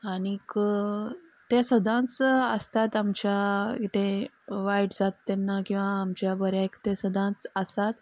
आनीक ते सदांच आसतात आमच्या कितेंय वायट जाता तेन्ना किंवां आमच्या बऱ्याक ते सदांच आसात